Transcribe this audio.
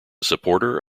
supporter